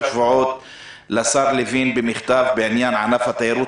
שבועות לשר לוין במכתב בעניין ענף התיירות,